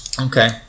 Okay